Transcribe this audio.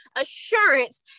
assurance